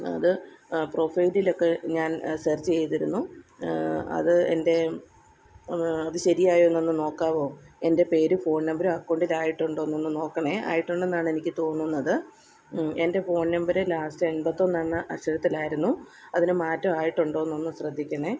അത് പ്രൊഫൈലിൽ ഒക്കെ ഞാൻ സെർച്ച് ചെയ്തിരുന്നു അത് എന്റെ അത് ശരിയായോ എന്നൊന്നു നോക്കാവോ എന്റെ പേര് ഫോൺ നമ്പറും അക്കൗണ്ടിൽ ആയിട്ടുണ്ടോ എന്ന് നോക്കണേ ആയിട്ടുണ്ടെന്നാണ് എനിക്ക് തോന്നുന്നത് എന്റെ ഫോൺ നമ്പര് ലാസ്റ്റ് എന്പത്തൊന്നെന്ന അക്ഷരത്തിലായിരുന്നു അതിനു മാറ്റം ആയിട്ടുണ്ടോ എന്നൊന്നു ശ്രദ്ധിക്കണേ